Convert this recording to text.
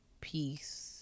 peace